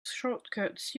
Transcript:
shortcuts